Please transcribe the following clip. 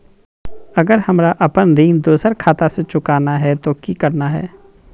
अगर हमरा अपन ऋण दोसर खाता से चुकाना है तो कि करना है?